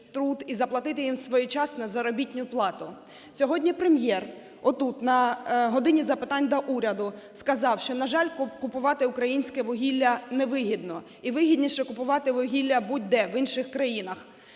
і заплатити їм своєчасно заробітну плату. Сьогодні Прем'єр отут, на "годині запитань до Уряду", сказав, що, на жаль, купувати українське вугілля не вигідно і вигідніше купувати вугілля будь-де, в інших країнах.